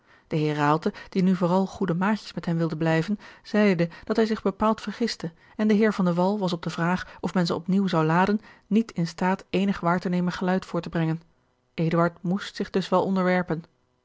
de heer raalte die nu vooral goede maatjes met hen wilde blijven zeide dat hij zich bepaald vergiste en de heer van de wall was op de vraag of men ze op nieuw zou laden niet in staat eenig waar te nemen geluid voort te brengen eduard moest zich dus wel onderwerpen